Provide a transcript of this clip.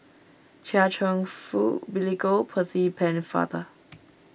Chia Cheong Fook Billy Koh Percy Pennefather